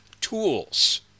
tools